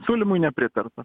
siūlymui nepritarta